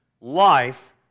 Life